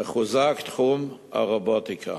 וחוזק תחום הרובוטיקה.